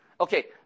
Okay